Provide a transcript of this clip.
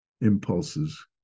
impulses